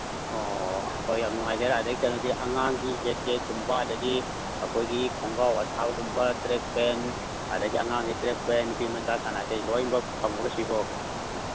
ꯑꯣ ꯍꯣꯏ ꯌꯥꯝ ꯅꯨꯡꯉꯥꯏꯖꯔꯦ ꯀꯩꯅꯣꯗꯤ ꯑꯉꯥꯡꯒꯤ ꯖꯦꯀꯦꯠꯀꯨꯝꯕ ꯑꯗꯒꯤ ꯑꯩꯈꯣꯏꯒꯤ ꯈꯣꯡꯒꯥꯎ ꯑꯊꯥꯕꯒꯨꯝꯕ ꯇ꯭ꯔꯦꯛ ꯄꯦꯟ ꯑꯗꯒꯤ ꯑꯉꯥꯡꯒꯤ ꯇ꯭ꯔꯦꯛ ꯄꯦꯟ ꯅꯨꯄꯤꯃꯆꯥ ꯀꯔꯥ ꯀꯔꯤ ꯂꯣꯏꯃꯛ ꯐꯪꯕ꯭ꯔꯣ ꯁꯤꯕꯣ